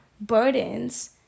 burdens